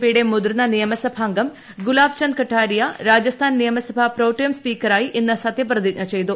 പിയുടെ മുതിർന്ന നിയമസഭാംഗം ഗുലാബ് ചന്ദ് കട്ടാരിയ രാജസ്ഥാൻ നിയമസഭ പ്രോംടേം സ്പീക്കറായി ഇന്ന് സത്യപ്രതിജ്ഞ ചെയ്തു